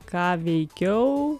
ką veikiau